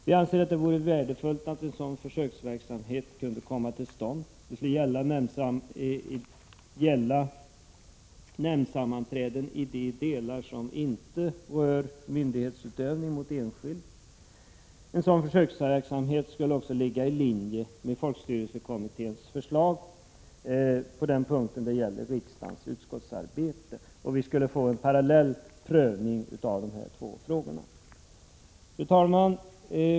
Vi anser att det vore värdefullt om en sådan försöksverksamhet kunde komma till stånd. Det skulle gälla nämndsammanträden i de delar som inte gäller myndighetsutövning mot enskild. En sådan försöksverksamhet skulle också ligga i linje med folkstyrelsekommitténs förslag som gäller riksdagens utskottsarbete. Vi skulle få en parallell prövning av dessa två frågor. Fru talman!